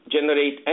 generate